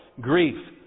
grief